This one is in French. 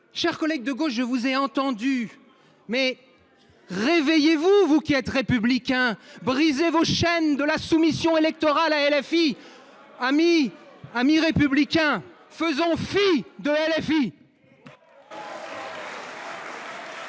Chers collègues de gauche, je vous ai entendus : réveillez vous, vous qui êtes républicains ! Brisez les chaînes de la soumission électorale qui vous lient à LFI. Amis républicains, faisons fi de LFI